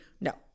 no